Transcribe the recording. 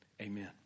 Amen